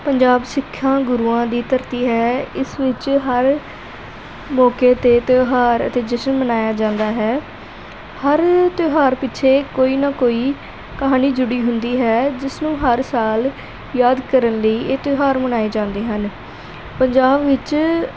ਪੰਜਾਬ ਸਿੱਖਾਂ ਗੁਰੂਆਂ ਦੀ ਧਰਤੀ ਹੈ ਇਸ ਵਿੱਚ ਹਰ ਮੌਕੇ 'ਤੇ ਤਿਉਹਾਰ ਅਤੇ ਜਸ਼ਨ ਮਨਾਇਆ ਜਾਂਦਾ ਹੈ ਹਰ ਤਿਉਹਾਰ ਪਿੱਛੇ ਕੋਈ ਨਾ ਕੋਈ ਕਹਾਣੀ ਜੁੜੀ ਹੁੰਦੀ ਹੈ ਜਿਸਨੂੰ ਹਰ ਸਾਲ ਯਾਦ ਕਰਨ ਲਈ ਇਹ ਤਿਉਹਾਰ ਮਨਾਏ ਜਾਂਦੇ ਹਨ ਪੰਜਾਬ ਵਿੱਚ